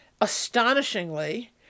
astonishingly